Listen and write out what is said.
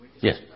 Yes